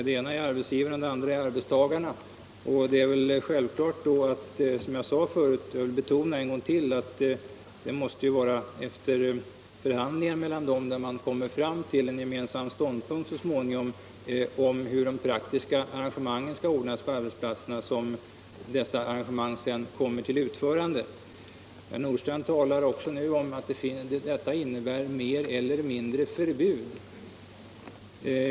Som jag sade förut — jag vill betona det en gång till — är det väl självklart att det måste vara efter förhandlingar mellan dessa parter som man så småningom kommer fram till hur de praktiska arrangemangen skall vara utformade. Herr Nordstrandh talar också nu om att detta innebär mer eller mindre förbud.